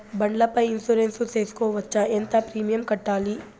బండ్ల పై ఇన్సూరెన్సు సేసుకోవచ్చా? ఎంత ప్రీమియం కట్టాలి?